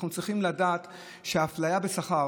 אנחנו צריכים לדעת שהאפליה בשכר